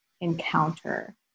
encounter